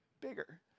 bigger